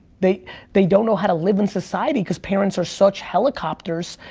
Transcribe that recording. they they don't know how to live in society cause parents are such helicopters.